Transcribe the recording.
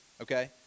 okay